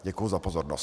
Děkuji za pozornost.